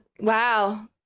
wow